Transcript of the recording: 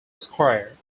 square